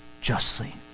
justly